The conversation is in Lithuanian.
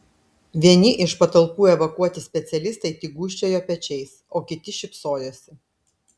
vieni iš patalpų evakuoti specialistai tik gūžčiojo pečiais o kiti šypsojosi